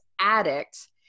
addict